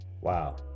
Wow